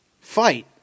Fight